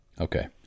okay